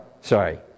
Sorry